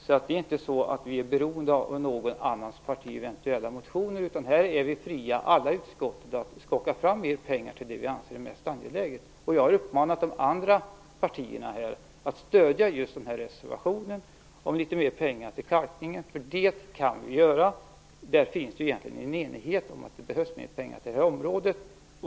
Det är alltså inte så att vi är beroende av något annat partis eventuella motioner, utan här är alla i utskottet fria att skaka fram pengar till det som man anser är mest angeläget. Jag har uppmanat de andra partierna att stödja just reservationen om litet mer pengar till kalkningen, för det råder ju egentligen enighet om att det behövs mer pengar till detta område.